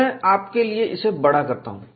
मैं आपके लिए इसे बड़ा करता हूं